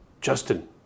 Justin